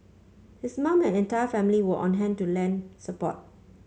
his mum and entire family were on hand to lend support